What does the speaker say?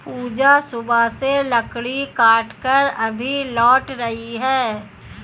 पूजा सुबह से लकड़ी काटकर अभी लौट रही है